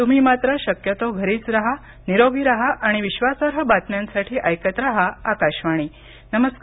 तुम्ही मात्र शक्यतो घरीच राहा निरोगी राहा आणि विश्वासार्ह बातम्यांसाठी ऐकत राहा आकाशवाणी नमस्कार